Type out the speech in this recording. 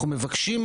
אנחנו מבקשים,